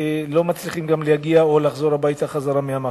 לא מצליחים להגיע או לחזור הביתה מהמכון.